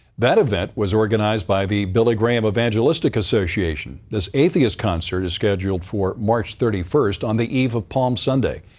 that event was organized by the billy graham evangelistic association. this atheist concert is scheduled for march thirty first on the eve of palm sunday.